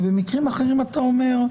ובמקרים אחרים אתה אומר,